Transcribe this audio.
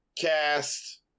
Cast